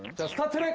that's not it.